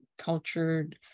cultured